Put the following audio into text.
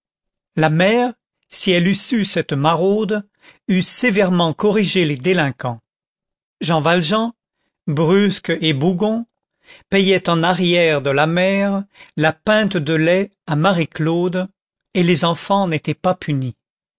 la mère si elle eût su cette maraude eût sévèrement corrigé les délinquants jean valjean brusque et bougon payait en arrière de la mère la pinte de lait à marie claude et les enfants n'étaient pas punis